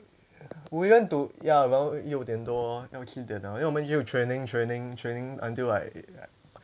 woodlands to ya well 六点多到七点 liao 因为我们还有 training training training until like